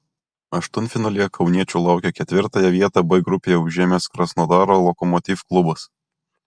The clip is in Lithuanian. aštuntfinalyje kauniečių laukia ketvirtąją vietą b grupėje užėmęs krasnodaro lokomotiv klubas